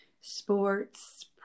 sports